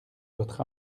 votre